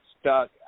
stuck